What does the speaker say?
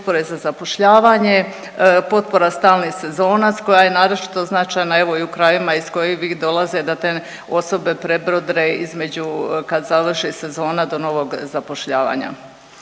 potpore za zapošljavanje, potpora stalni sezonac koja je naročito značajna, evo i u krajevima iz kojih vi dolaze da te osobe prebrodre između kad završi sezona do novog zapošljavanja.